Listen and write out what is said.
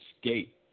skate